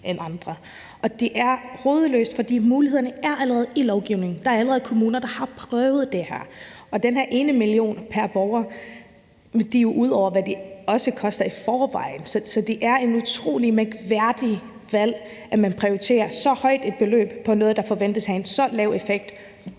det er hovedløst, for mulighederne er allerede i lovgivningen. Der er allerede kommuner, der har prøvet det her, og den her ene million pr. borger er jo ud over, hvad det også koster i forvejen. Så det er et utrolig mærkværdigt valg, at man prioriterer så højt et beløb på noget, der forventes at have så lav en effekt,